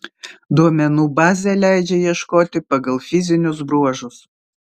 duomenų bazė leidžia ieškoti pagal fizinius bruožus